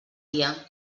dia